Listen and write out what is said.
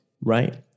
Right